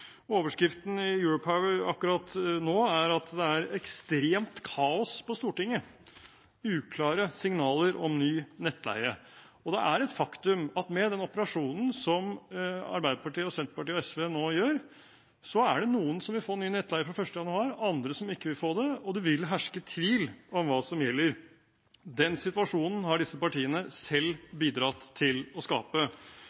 Overskriften i Europower akkurat nå er «Ekstremt kaos på Stortinget: Svært uklare signaler om ny nettleie». Det er et faktum at med den operasjonen som Arbeiderpartiet, Senterpartiet og SV nå gjør, er det noen som vil få ny nettleie fra 1. januar, andre som ikke vil få det, og det vil herske tvil om hva som gjelder. Den situasjonen har disse partiene selv